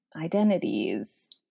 identities